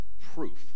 proof